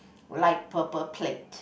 light purple plate